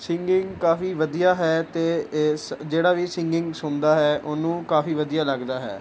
singing ਕਾਫੀ ਵਧੀਆ ਹੈ ਅਤੇ ਇਸ ਜਿਹੜਾ ਵੀ ਸਿੰਗਿੰਗ ਸੁਣਦਾ ਹੈ ਉਹਨੂੰ ਕਾਫੀ ਵਧੀਆ ਲੱਗਦਾ ਹੈ